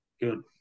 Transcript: Good